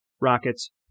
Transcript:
Rockets